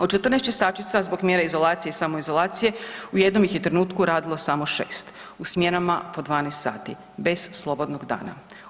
Od 14 čistačica zbog mjere izolacije i samoizolacije u jednom ih je trenutku radilo samo 6 u smjenama po 12 sati, bez slobodnog dana.